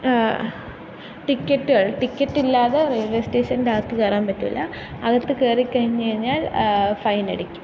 ടിക്കറ്റുകൾ ടിക്കറ്റില്ലാതെ റെയിൽവേ സ്റ്റേഷൻ്റെ അകത്ത് കയറാൻ പറ്റൂല അകത്ത് കയറിക്കഴിഞ്ഞുകഴിഞ്ഞാൽ ഫൈനടിക്കും